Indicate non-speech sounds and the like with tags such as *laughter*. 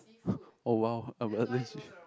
*breath* oh !wow!